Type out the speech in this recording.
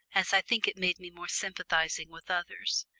as i think it made me more sympathising with others.